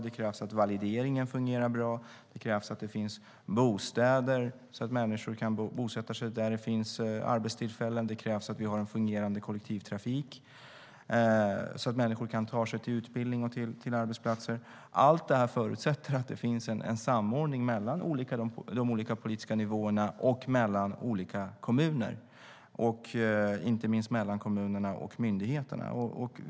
Det krävs att valideringen fungerar bra, det krävs att det finns bostäder så att människor kan bosätta sig där det finns arbetstillfällen och det krävs att vi har en fungerande kollektivtrafik så att människor kan ta sig till utbildning och arbetsplatser. Allt det förutsätter att det finns en samordning mellan de olika politiska nivåerna och mellan olika kommuner, inte minst mellan kommunerna och myndigheterna.